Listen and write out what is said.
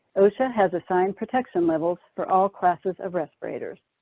osha has assigned protection levels for all classes of respirators.